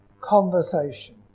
conversation